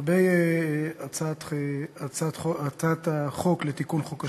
לגבי הצעת החוק לתיקון חוק השמות,